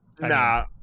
nah